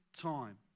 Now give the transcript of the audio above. time